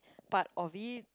part of it